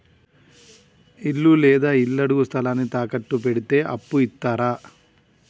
ఇల్లు లేదా ఇళ్లడుగు స్థలాన్ని తాకట్టు పెడితే అప్పు ఇత్తరా?